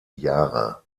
jahre